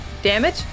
damage